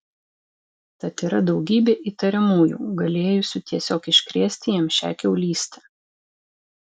tad yra daugybė įtariamųjų galėjusių tiesiog iškrėsti jam šią kiaulystę